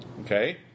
Okay